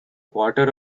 quarter